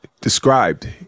described